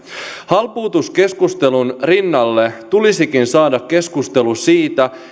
halpuutuskeskustelun rinnalle tulisikin saada keskustelu siitä